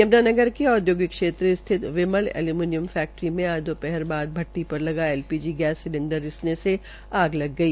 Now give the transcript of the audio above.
यमुनानगर के औद्योगिक क्षेत्र स्थित विमल एल्युमीनियम फैक्ट्री में आज दोपहर बा भट्टी पर लगा L P G gas cylinder रिसने से आग लग गई